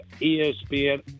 ESPN